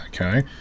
Okay